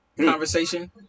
conversation